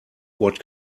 what